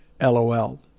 lol